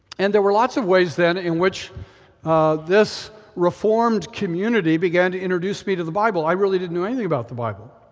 and there were lots of ways then in which this reformed community began to introduce me to the bible. i really didn't know anything about the bible.